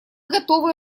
готовы